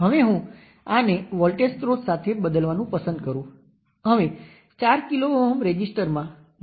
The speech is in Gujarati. તેથી રેશિયો RN જે I ટેસ્ટ દ્વારા રેશિયો V ટેસ્ટ છે તે 2 કિલો Ω બરાબર છે